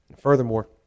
Furthermore